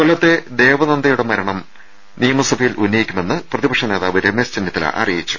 കൊല്ലത്തെ ദേവനന്ദയുടെ മരണം നിയമസഭയിൽ ഉന്നയിക്കു മെന്ന് പ്രതിപക്ഷനേതാവ് രമേശ് ചെന്നിത്തല അറിയിച്ചു